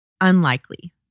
unlikely